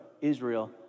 Israel